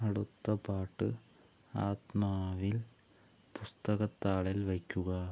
അടുത്ത പാട്ട് ആത്മാവിൽ പുസ്തകത്താളില് വെയ്ക്കുക